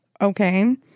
okay